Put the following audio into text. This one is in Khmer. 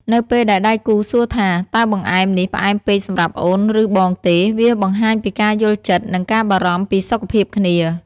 នៅពេលដែលដៃគូសួរថា "តើបង្អែមនេះផ្អែមពេកសម្រាប់អូន ឬបងទេ?" វាបង្ហាញពីការយល់ចិត្ត និងការបារម្ភពីសុខភាពគ្នា។